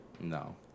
No